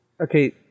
okay